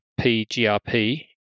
PGRP